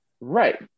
right